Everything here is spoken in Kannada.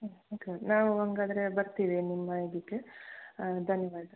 ಹ್ಞೂ ಓಕೆ ನಾವು ಹಂಗಾದ್ರೆ ಬರ್ತೀವಿ ನಿಮ್ಮ ಇದಕ್ಕೆ ಧನ್ಯವಾದ